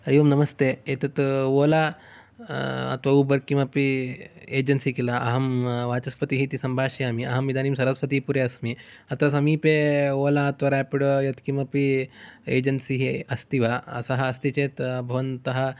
हरि ओम् नमस्ते एतत् ओला अथवा उबर् किमपि एजेन्सी किल अहं वाचस्पतिः इति सम्भाष्यामि अहं इदानीं सरस्वतीपुरे अस्मि अत्र समीपे ओला अथवा रेपिडो यत्किमपि एजेन्सिः अस्ति वा सः अस्ति चेत् भवन्तः